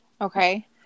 Okay